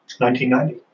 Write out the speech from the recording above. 1990